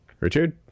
Richard